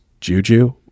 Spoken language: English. juju